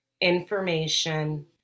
information